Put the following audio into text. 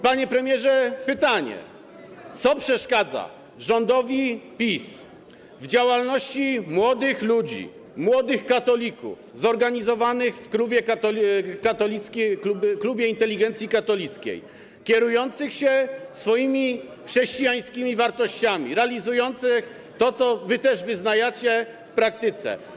Panie premierze, pytanie: Co przeszkadza rządowi PiS w działalności młodych ludzi, młodych katolików zorganizowanych w Klubie Inteligencji Katolickiej, kierujących się swoimi chrześcijańskimi wartościami, realizujących to, co wy też wyznajecie w praktyce?